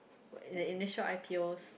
the initial I_P_Os